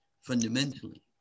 fundamentally